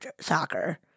Soccer